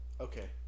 Okay